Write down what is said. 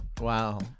Wow